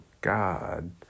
God